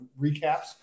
recaps